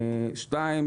שתיים,